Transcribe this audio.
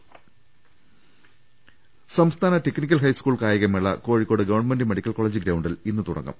രദേഷ്ടെടു സംസ്ഥാന technical high school കായികമേള കോഴിക്കോട് ഗവൺമെന്റ് മെഡിക്കൽ കോളജ് ഗ്രൌണ്ടിൽ ഇന്ന് തുടങ്ങും